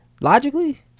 logically